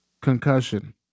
Concussion